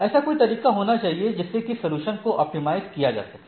ऐसा कोई तरीका होना चाहिए जिससे कि सलूशन को ऑप्टिमाइज किया जा सके